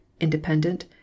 Independent